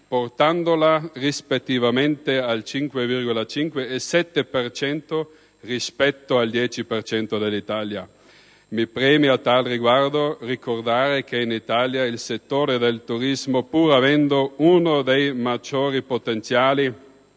portandola rispettivamente al 5,5 e al 7 per cento, rispetto al 10 per cento dell'Italia. Mi preme, a tal riguardo, ricordare che in Italia il settore del turismo, pur avendo uno dei maggiori potenziali,